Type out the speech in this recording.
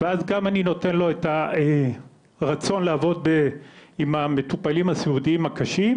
ואז גם אני נותן לו את הרצון לעבוד עם המטופלים הסיעודיים הקשים,